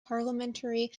parliamentary